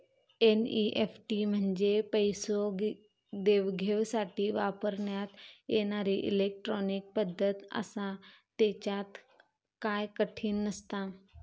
NEFT म्हंजे पैसो देवघेवसाठी वापरण्यात येणारी इलेट्रॉनिक पद्धत आसा, त्येच्यात काय कठीण नसता